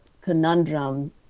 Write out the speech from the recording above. conundrum